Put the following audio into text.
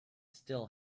still